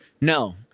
No